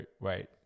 wait